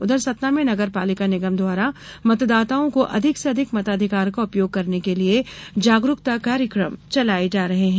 उधर सतना में नगर पालिक निगम द्वारा मतदाताओं को अधिक से अधिक मताधिकार का उपयोग करने के लिए जागरूकता कार्यक्रम चलाये जा रहे हैं